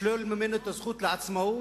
לשלול ממנו את הזכות לעצמאות,